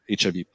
HIV